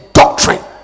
doctrine